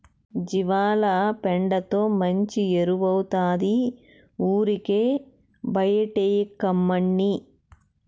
జీవాల పెండతో మంచి ఎరువౌతాది ఊరికే బైటేయకమ్మన్నీ